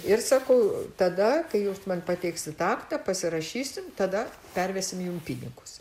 ir sakau tada kai jūs man pateiksit aktą pasirašysim tada pervesim jum pinigus